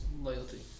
Loyalty